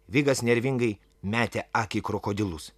vigas nervingai metė akį į krokodilus